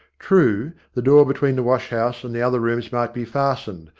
true, the door be tween the wash-house and the other rooms might be fastened,